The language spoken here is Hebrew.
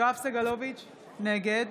יואב סגלוביץ' נגד